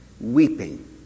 weeping